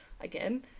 again